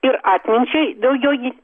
ir atminčiai daugiau jis